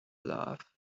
love